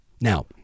now